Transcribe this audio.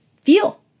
feel